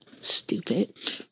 Stupid